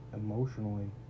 emotionally